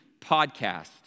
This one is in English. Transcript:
podcast